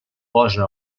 posa